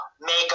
Makeup